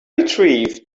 retrieved